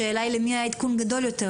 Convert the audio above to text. השאלה היא למי העדכון גדול יותר,